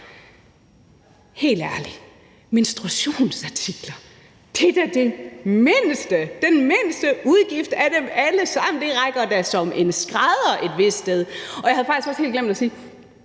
Helt ærligt, menstruationsartiker er da den mindste udgift af dem alle sammen, det rækker da som en skrædder et vist sted, og jeg havde også helt glemt at sige,